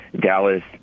Dallas